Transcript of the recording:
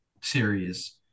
series